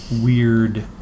weird